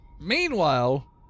meanwhile